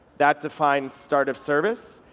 that defines start of service.